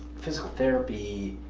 physical therapy.